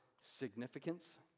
significance